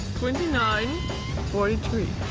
twenty nine forty three?